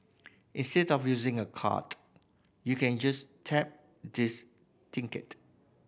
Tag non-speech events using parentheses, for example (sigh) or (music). instead of using a card you can just tap this (unintelligible)